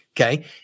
okay